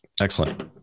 excellent